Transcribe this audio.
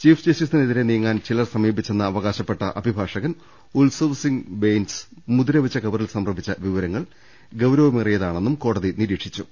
chief ജസ്റ്റി സിനെതിരെ നീങ്ങാൻ ചിലർ സമീപിച്ചെന്ന് അവകാശപ്പെട്ട അഭിഭാഷ കൻ ഉത്സവ് സിങ് ബെയിൻസ് മുദ്രവെച്ച കവറിൽ സമർപ്പിച്ച വിവര ങ്ങൾ ഗൌരവമേറിയതാണെന്നും കോടതി നിരീക്ഷിച്ചു